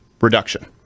reduction